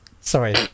Sorry